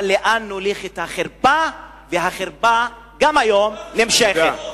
אבל לאן נוליך את החרפה", והחרפה, גם היום, נמשכת.